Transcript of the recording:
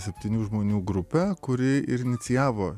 septynių žmonių grupę kuri ir inicijavo